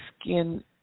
skin